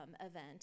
event